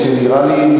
שנראה לי,